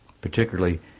Particularly